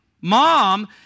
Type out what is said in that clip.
Mom